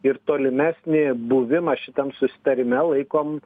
ir tolimesnį buvimą šitam susitarime laikom